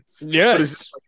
Yes